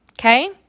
Okay